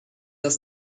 das